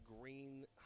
green